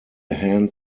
hand